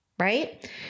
right